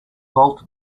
vault